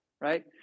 right